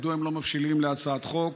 מדוע הם לא מבשילים להצעת חוק?